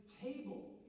table